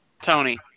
Tony